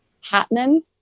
happening